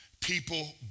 People